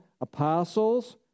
apostles